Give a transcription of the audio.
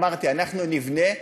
אמרתי, אנחנו נבנה,